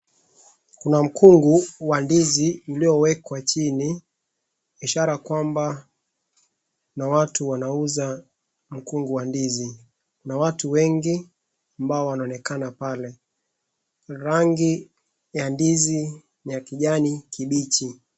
Kuna mkungu wa ndizi iliyowekwa chini ishara kwamba kuna watu wanauza mkungu wa ndizi. Kuna watu wengi ambao wanaonekana pale. Rangi ya ndizi ni ya kijani kimbichi.